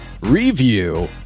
review